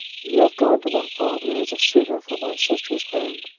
you have gone to my father as a suitor for my sister's hand.